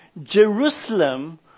Jerusalem